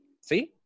See